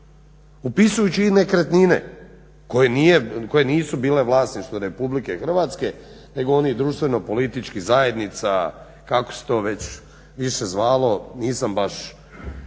upisujući i nekretnine koje nisu bile vlasništvo RH nego onih društveno-političkih zajednica kako se to već više zvalo, nisam baš